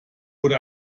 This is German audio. wurde